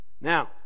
now